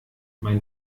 mein